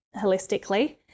holistically